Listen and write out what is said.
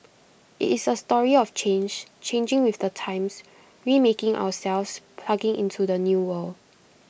IT is A story of change changing with the times remaking ourselves plugging into the new world